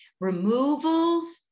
removals